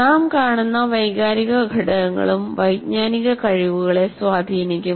നാം കാണുന്ന വൈകാരിക ഘടകങ്ങളും വൈജ്ഞാനിക കഴിവുകളെ സ്വാധീനിക്കും